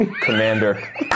Commander